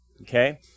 Okay